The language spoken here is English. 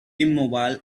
immobile